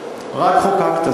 רק חוקקת,